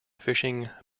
fishing